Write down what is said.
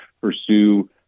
pursue